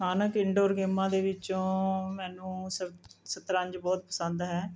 ਸਥਾਨਕ ਇੰਨਡੋਰ ਗੇਮਾਂ ਦੇ ਵਿੱਚੋਂ ਮੈਨੂੰ ਸਤ ਸ਼ਤਰੰਜ ਬਹੁਤ ਪਸੰਦ ਹੈ